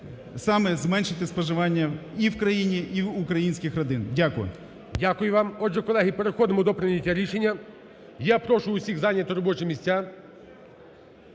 саме зменшити споживання і в країні, і в українських родин. Дякую. ГОЛОВУЮЧИЙ. Дякую вам . Отже, колеги, переходимо до прийняття рішення. Я прошу всіх зайняти робочі місця